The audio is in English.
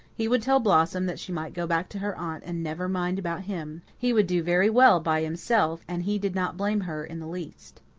he would tell blossom that she might go back to her aunt and never mind about him he would do very well by himself and he did not blame her in the least.